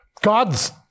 God's